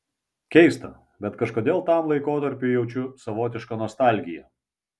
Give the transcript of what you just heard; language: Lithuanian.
keista bet kažkodėl tam laikotarpiui jaučiu savotišką nostalgiją